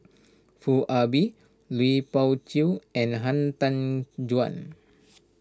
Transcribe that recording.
Foo Ah Bee Lui Pao Chuen and Han Tan Juan